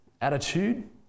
attitude